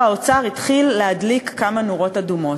האוצר התחיל להדליק כמה נורות אדומות.